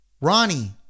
ronnie